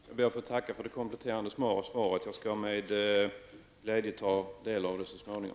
Herr talman! Jag ber att få tacka för det kompletterande svaret. Jag skall med glädje ta del av resultatet av det arbetet så småningom.